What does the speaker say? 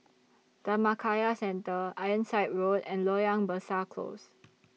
Dhammakaya Centre Ironside Road and Loyang Besar Close